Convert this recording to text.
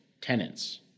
tenants